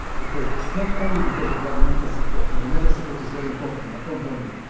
because it's not only because of governmental support. governmental support is very important but not only,